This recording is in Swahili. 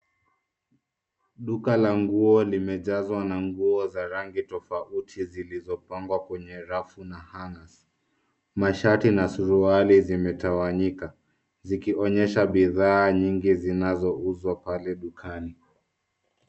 Duka la nguo limejazwa na nguo za rangi tofauti, zilizopangwa kwenye rafu na hangers .Mashati na suruali zimetawanyika zikionyesha bidhaa nyingi zinazouzwa pale dukani.